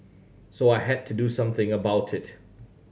so I had to do something about it